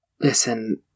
Listen